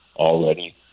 already